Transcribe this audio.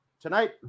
Tonight